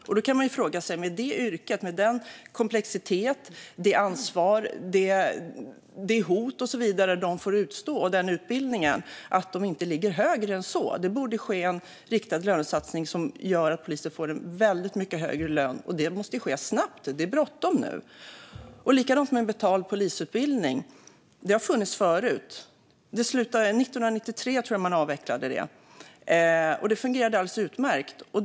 Med det yrket, den komplexiteten, det ansvaret, de hoten och så vidare som de får utstå och den utbildningen kan man fråga sig varför de inte ligger högre än så. Det borde ske en riktad lönesatsning som gör att poliser får en väldigt mycket högre lön, och det måste ske snabbt. Det är bråttom nu. Det är likadant med en betald polisutbildning. En sådan har funnits förut. Det fungerade alldeles utmärkt. Jag tror att det var 1993 man avvecklade den.